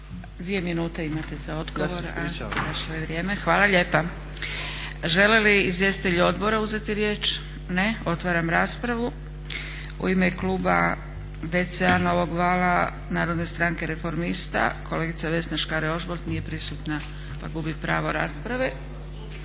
Dvije minute imate za odgovor, a prošlo je vrijeme. …/Upadica: Ja se ispričavam./… Hvala lijepa. Žele li izvjestitelji odbora uzeti riječ? Ne. Otvaram raspravu. U ime kluba DC-a, Novog vala, Narodne stranke – reformista kolegica Vesna Škare-Ožbolt nije prisutna pa gubi pravo rasprave.